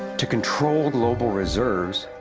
to control global reserves,